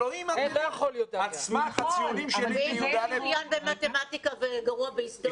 תלמיד בכיתה י"ב --- ואם הוא מצוין במתמטיקה וגרוע בהיסטוריה?